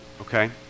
Okay